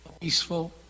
peaceful